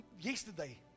yesterday